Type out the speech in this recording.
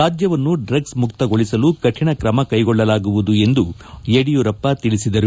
ರಾಜ್ಯವನ್ನು ಡಗ್ಸ್ ಮುತ್ತಗೊಳಿಸಲು ಕಾಣ ತ್ರಮ ಕೈಗೊಳ್ಳಲಾಗುವುದು ಎಂದು ಯಡಿಯೂರಪ್ಪ ತಿಳಿಸಿದರು